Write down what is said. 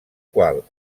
qual